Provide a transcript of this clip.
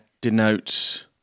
denotes